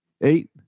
Eight